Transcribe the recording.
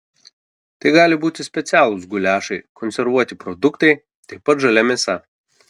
tai gali būti specialūs guliašai konservuoti produktai taip pat žalia mėsa